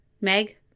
Meg